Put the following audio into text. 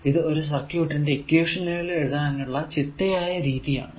ഇത് ഒരു സർക്യൂട്ടിന്റെ ഇക്വേഷനുകൾ എഴുതാനുള്ള ചിട്ടയായ രീതി ആണ്